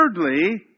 thirdly